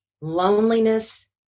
loneliness